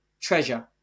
treasure